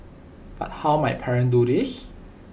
but how might parents do this